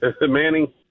Manning